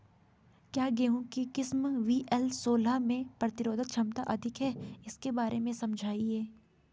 क्या गेहूँ की किस्म वी.एल सोलह में प्रतिरोधक क्षमता अधिक है इसके बारे में समझाइये?